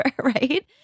right